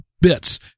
bits